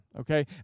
Okay